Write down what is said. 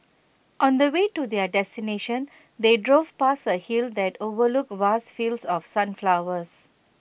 on the way to their destination they drove past A hill that overlooked vast fields of sunflowers